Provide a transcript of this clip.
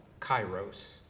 kairos